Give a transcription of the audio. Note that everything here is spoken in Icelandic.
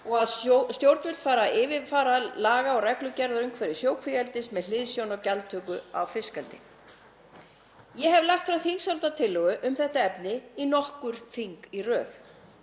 og að stjórnvöld fari að yfirfara laga- og reglugerðraumhverfi sjókvíaeldis með hliðsjón af gjaldtöku af fiskeldi. Ég hef lagt fram þingsályktunartillögu um þetta efni í nokkur þing í röð.